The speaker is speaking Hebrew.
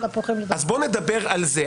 אז בוא נדבר על זה.